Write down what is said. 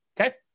Okay